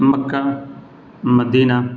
مکہ مدینہ